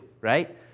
right